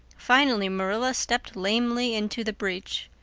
finally marilla stepped lamely into the breach.